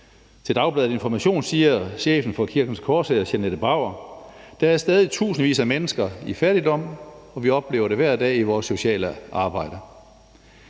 Til Dagbladet Information siger chefen for Kirkens Korshær, Jeanette Bauer: »Der er stadig tusindvis af mennesker i fattigdom, og vi oplever det hver dag i vores sociale arbejde.«